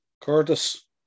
Curtis